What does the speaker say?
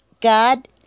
God